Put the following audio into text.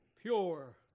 pure